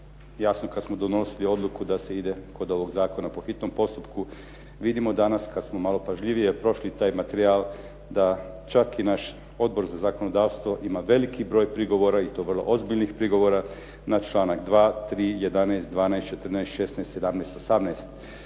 jasno kad smo donosili da se ide kod ovog zakona po hitnom postupku vidimo danas kad smo malo pažljivije prošli taj materijal da čak i naš Odbor za zakonodavstvo ima veliki broj prigovora i to vrlo ozbiljnih prigovora na članak 2., 3., 11., 12., 14., 16., 17., 18.,